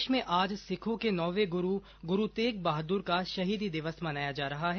देश में आज सिखों के नौवें गुरू गुरू तेग बहादुर का शहीदी दिवस मनाया जा रहा है